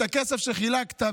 את הכסף שחילקת,